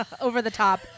over-the-top